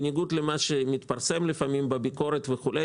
בניגוד למה שמתפרסם בביקורת לפעמים,